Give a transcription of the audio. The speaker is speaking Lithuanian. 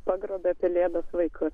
pagrobia pelėdos vaikus